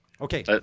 Okay